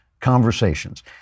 conversations